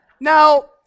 Now